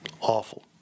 Awful